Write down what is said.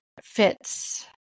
fits